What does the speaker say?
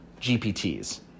GPTs